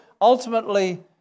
ultimately